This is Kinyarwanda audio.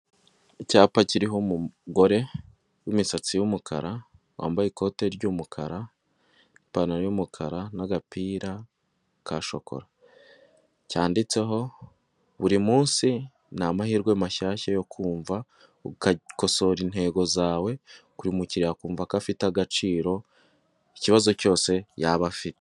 Icyapa kiriho umugore w'imisatsi y'umukara wambaye ikoti ry'umukara ipantaro y'umukara n'agapira ka shokora, cyanditseho buri munsi ni amahirwe mashyashya yo kumva ugakosora intego zawe, buri mukiriya akumva ko afite agaciro ku kibazo cyose yaba afite.